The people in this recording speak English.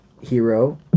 hero